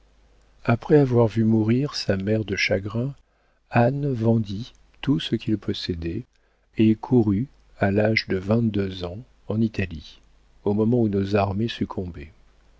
après avoir vu mourir sa mère de chagrin anne vendit tout ce qu'il possédait et courut à l'âge de vingt-deux ans en italie au moment où nos armées succombaient